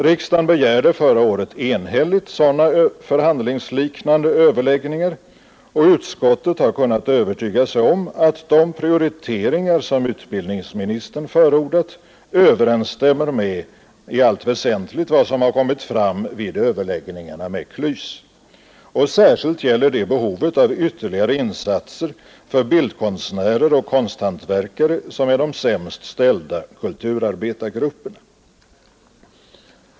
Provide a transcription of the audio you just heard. Riksdagen begärde förra året enhälligt sådana förhandlingsliknande överläggningar, och utskottet har kunnat övertyga sig om att de prioriteringar som utbildningsministern förordat i allt väsentlig överensstämmer med vad som kommit fram vid överläggningarna med KLYS. Särskilt gäller det behovet av ytterligare insatser för bildkonstnärer och konsthantverkare som är de sämst ställda kulturarbetargrupperna.